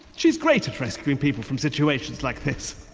she's great at rescuing people from situations like this.